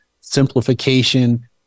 simplification